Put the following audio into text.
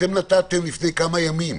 אתם נתתם לפני כמה ימים,